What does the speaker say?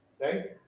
right